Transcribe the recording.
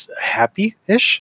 happy-ish